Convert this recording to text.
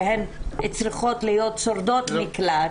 שהן צריכות להיות שורדות מקלט.